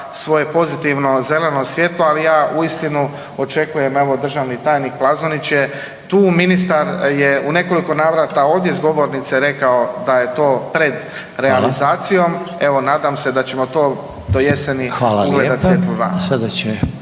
svoje pozitivno zeleno svjetlo, ali ja uistinu očekujem, evo, državni tajnik Plazonić je tu, ministar je u nekoliko navrata ovdje s govornice rekao da je to pred .../Upadica: Hvala./... realizacijom, evo, nadam se da ćemo to do jeseni .../Upadica: Hvala